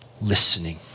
listening